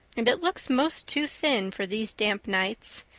and it looks most too thin for these damp nights.